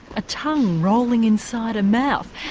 a tongue rolling inside a mouth.